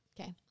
Okay